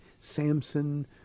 Samson